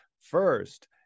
First